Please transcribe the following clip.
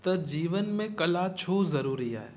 त जीवन में कला छो ज़रूरी आहे